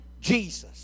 Jesus